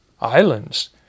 islands